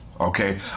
okay